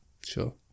Sure